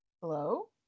Hello